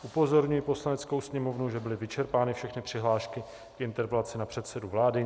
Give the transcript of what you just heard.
Upozorňuji Poslaneckou sněmovnu, že byly vyčerpány všechny přihlášky k interpelacím na předsedu vlády.